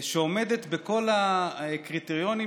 שעומדת בכל הקריטריונים,